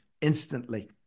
instantly